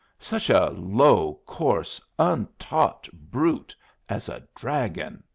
such a low, coarse, untaught brute as a dragon,